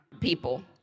people